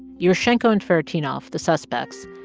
yeroshenko and tveretinov, the suspects,